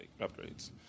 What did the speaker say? upgrades